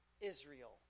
Israel